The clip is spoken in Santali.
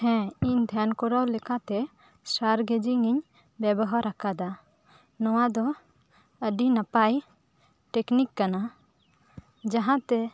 ᱦᱮᱸ ᱤᱧ ᱫᱷᱭᱮᱱ ᱠᱚᱨᱟᱣ ᱞᱮᱠᱟᱛᱮ ᱥᱴᱟᱨ ᱜᱮᱡᱤᱧ ᱤᱧ ᱵᱮᱵᱚᱦᱟᱨ ᱟᱠᱟᱫᱟ ᱱᱚᱣᱟ ᱫᱚ ᱟᱹᱰᱤ ᱱᱟᱯᱟᱭ ᱴᱮᱠᱱᱤᱠ ᱠᱟᱱᱟ ᱡᱟᱦᱟᱛᱮ